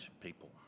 people